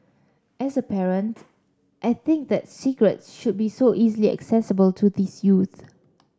as a parent I think that cigarettes should be so easily accessible to these youths